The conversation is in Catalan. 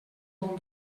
bon